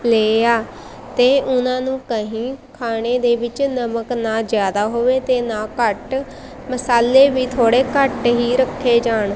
ਲੈ ਆ ਅਤੇ ਉਹਨਾਂ ਨੂੰ ਕਹੀਂ ਖਾਣੇ ਦੇ ਵਿੱਚ ਨਮਕ ਨਾ ਜ਼ਿਆਦਾ ਹੋਵੇ ਅਤੇ ਨਾ ਘੱਟ ਮਸਾਲੇ ਵੀ ਥੋੜ੍ਹੇ ਘੱਟ ਹੀ ਰੱਖੇ ਜਾਣ